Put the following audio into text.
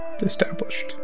established